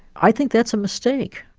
i think that's a mistake.